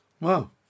Wow